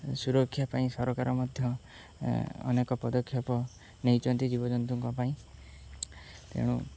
ସୁରକ୍ଷା ପାଇଁ ସରକାର ମଧ୍ୟ ଅନେକ ପଦକ୍ଷେପ ନେଇଚନ୍ତି ଜୀବଜନ୍ତୁଙ୍କ ପାଇଁ ତେଣୁ